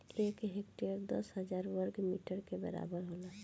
एक हेक्टेयर दस हजार वर्ग मीटर के बराबर होला